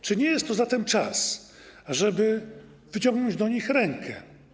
Czy nie jest to zatem czas, żeby wyciągnąć do nich rękę?